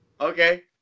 Okay